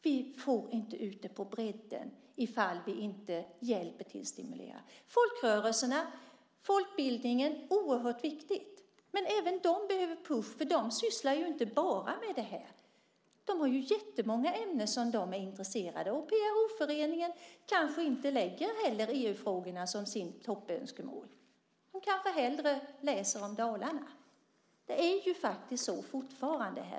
Dock får vi inte ut detta på bredden ifall vi inte hjälper till och stimulerar. Folkrörelserna och folkbildningen är oerhört viktiga, men även de behöver en push. De sysslar ju inte bara med detta; de har jättemånga ämnen som de är intresserade av. PRO-föreningen kanske inte heller lägger EU-frågorna som sitt toppönskemål. De kanske hellre läser om Dalarna. Det är faktiskt så fortfarande.